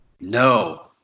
No